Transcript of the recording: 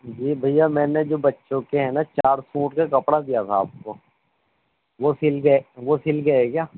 جی بھیا میں نے جو بچوں کے ہیں نا چار سوٹ کا کپڑا دیا تھا آپ کو وہ سل گئے وہ سل گئے ہیں کیا